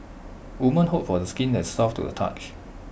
women hope for the skin that is soft to the touch